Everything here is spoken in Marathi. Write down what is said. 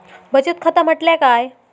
बचत खाता म्हटल्या काय?